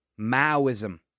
Maoism